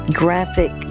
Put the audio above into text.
graphic